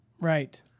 right